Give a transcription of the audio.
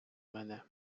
мене